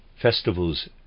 festivals